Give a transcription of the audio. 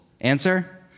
Answer